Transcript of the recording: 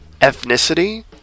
Ethnicity